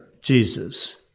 Jesus